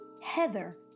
Heather